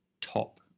top